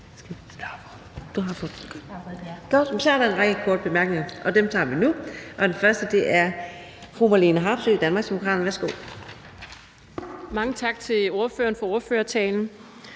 Mange tak til ordføreren for ordførertalen.